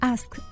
Ask